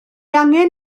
angen